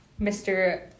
Mr